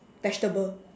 vegetable